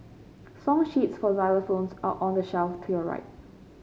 song sheets for xylophones are on the shelf to your right